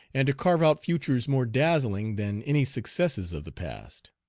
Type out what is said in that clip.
and to carve out futures more dazzling than any successes of the past.